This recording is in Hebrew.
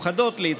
לא.